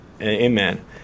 Amen